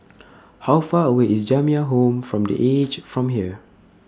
How Far away IS Jamiyah Home from The Aged from here